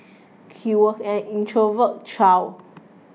he was an introverted child